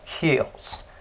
heals